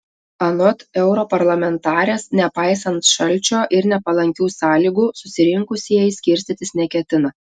anot europarlamentarės nepaisant šalčio ir nepalankių sąlygų susirinkusieji skirstytis neketina